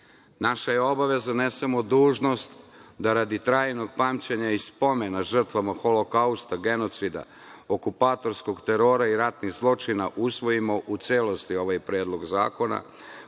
je obaveza, ne samo dužnost, da radi trajnog pamćenja i spomena žrtvama Holokausta, genocida, okupatorskog terora i ratnih zločina usvojimo u celosti ovaj Predlog zakona,